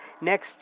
Next